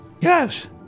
Yes